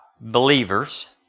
believers